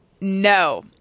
No